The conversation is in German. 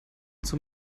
zum